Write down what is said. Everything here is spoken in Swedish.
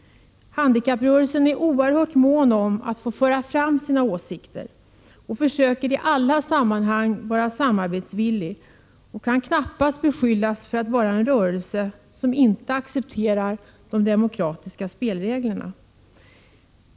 Handikapprörelsen är oerhört mån om att få föra fram sina åsikter och försöker att i alla sammanhang vara samarbetsvillig. Den kan knappast beskyllas för att vara en rörelse som inte accepterar de demokratiska spelreglerna.